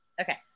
Okay